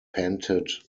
panted